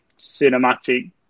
cinematic